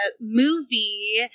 movie